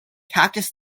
cactus